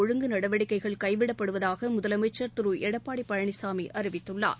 ஒழுங்கு நடவடிக்கைகள் கைவிடப்படுவதாக முதலமைச்சர் திரு எடப்பாடி பழனிசாமி அறிவித்துள்ளார்